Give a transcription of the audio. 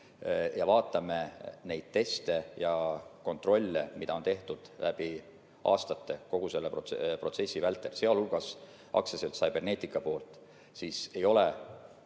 ja vaatame neid teste ja kontrolle, mida on tehtud läbi aastate kogu selle protsessi vältel, sealhulgas AS Cybernetica poolt, siis ei ole